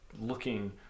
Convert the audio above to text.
looking